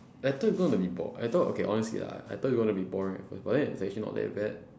I thought we gonna be bored I thought okay honestly lah I thought you gonna be boring at first but then it's actually not that bad